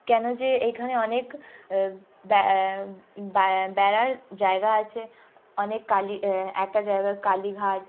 কেন যে এখানে অনেক ব্যা বা বেড়াবার জায়গা আছে অনেক কালি একটা জায়গা কালীঘাট